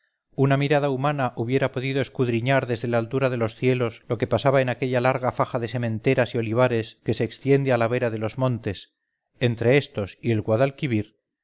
una mirada humana hubiera podido escudriñar desde la altura de los cielos lo que pasaba en aquella larga faja de sementeras y olivares que se extiende a la vera de los montes entre estos y el guadalquivir